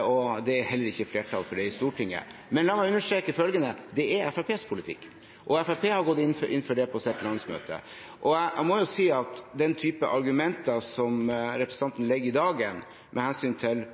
og det er heller ikke flertall for det i Stortinget. Men la meg understreke følgende: Det er Fremskrittspartiets politikk, og Fremskrittspartiet har gått inn for det på sitt landsmøte. Jeg må jo si om den typen argumenter som representanten legger for dagen med hensyn til